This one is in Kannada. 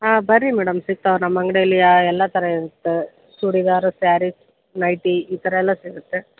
ಹಾಂ ಬನ್ರಿ ಮೇಡಮ್ ಸಿಗ್ತಾವೆ ನಮ್ಮ ಅಂಗ್ಡೀಲಿ ಯಾ ಎಲ್ಲ ಥರ ಇರುತ್ತೆ ಚೂಡಿದಾರು ಸ್ಯಾರಿಸ್ ನೈಟಿ ಈ ಥರ ಎಲ್ಲ ಸಿಗುತ್ತೆ